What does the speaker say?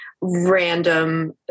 random